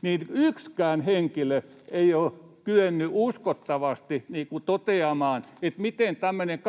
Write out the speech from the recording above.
kun yksikään henkilö ei ole kyennyt uskottavasti toteamaan, miten tämmöinen 80—90